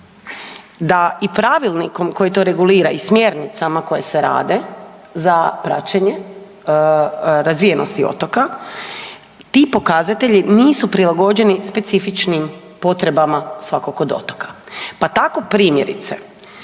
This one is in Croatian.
da i pravilnikom koji to regulira i smjernicama koje se rade za praćenje razvijenosti otoka, ti pokazatelji nisu prilagođeni specifičnim potrebama svakog od otoka. Pa tako, primjerice,